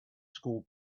school